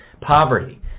poverty